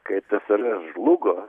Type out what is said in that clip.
kai tsrs žlugo